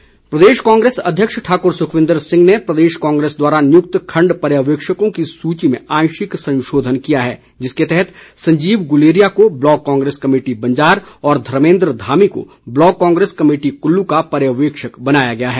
सुक्खू प्रदेश कांग्रेस अध्यक्ष ठाकुर सुखविन्द्र सिंह ने प्रदेश कांग्रेस द्वारा नियुक्त खंड पर्यवेक्षकों की सूची में आंशिक संशोधन किया है जिसके तहत संजीव गुलेरिया को ब्लॉक कांग्रेस कमेटी बंजार और धर्मेन्द्र धामी को ब्लॉक कांग्रेस कमेटी कुल्लू का पर्यवेक्षक बनाया गया है